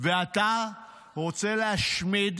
ואתה רוצה להשמיד